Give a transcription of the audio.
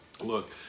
look